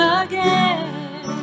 again